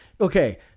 Okay